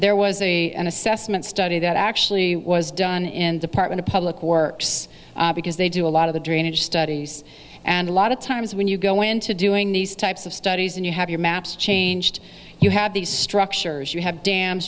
there was a an assessment study that actually was done in department of public works because they do a lot of the drainage studies and a lot of times when you go into doing these types of studies and you have your maps changed you have these structures you have dams